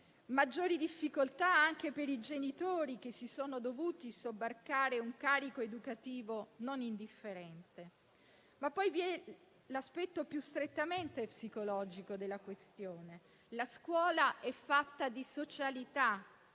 Maggiori difficoltà anche per i genitori che si sono dovuti sobbarcare un carico educativo non indifferente. Vi è poi l'aspetto più strettamente psicologico della questione: la scuola è fatta di socialità,